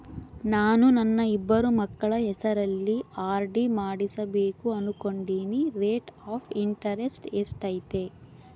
ನಾನು ನನ್ನ ಇಬ್ಬರು ಮಕ್ಕಳ ಹೆಸರಲ್ಲಿ ಆರ್.ಡಿ ಮಾಡಿಸಬೇಕು ಅನುಕೊಂಡಿನಿ ರೇಟ್ ಆಫ್ ಇಂಟರೆಸ್ಟ್ ಎಷ್ಟೈತಿ?